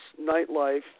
Nightlife